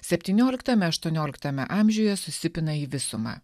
septynioliktame aštuonioliktame amžiuje susipina į visumą